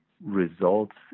results